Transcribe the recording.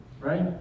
right